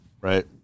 right